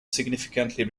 significantly